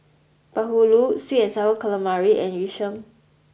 bahulu Sweet and Sour Calamari and yu sheng